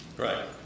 Right